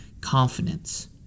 confidence